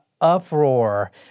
uproar